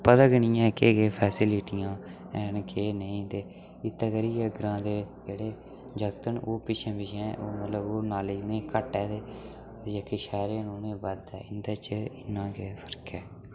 पता गै निं ऐ केह् केह् फैसिलिटियां हैन ते केह् नेईं ते इत्तै करियै ग्रांऽ जेह्ड़े दे जागत न ओह् पिच्छें पिच्छें ओह् नॉलेज उ'नें गी घट्ट ऐ ते जेह्के शैह्रे दे न उ'नें ई बद्ध ऐ इं'दे च इ'न्ना गै फर्क ऐ